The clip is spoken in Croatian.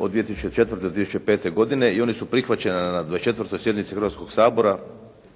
od 2004. do 2005. godine i ona su prihvaćena na 24. sjednici Hrvatskoga sabora